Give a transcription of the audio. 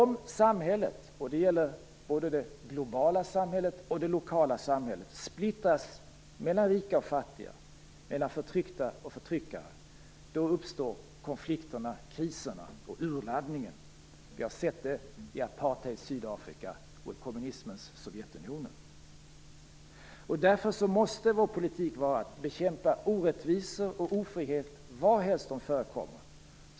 Om samhället - det gäller både det globala samhället och det lokala samhället - splittras mellan rika och fattiga, mellan förtryckta och förtryckare, uppstår konflikterna, kriserna och urladdningen. Vi har sett det i apartheidens Sydafrika och i kommunismens Sovjetunionen. Därför måste vår politik vara att bekämpa orättvisor och ofrihet var helst de förekommer.